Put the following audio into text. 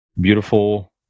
beautiful